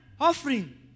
offering